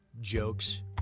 jokes